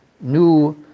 new